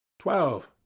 twelve.